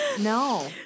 no